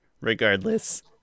regardless